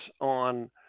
on